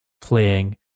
playing